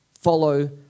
follow